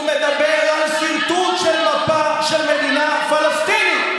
הוא מדבר על סרטוט של מפה של מדינת פלסטין.